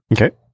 Okay